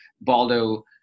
baldo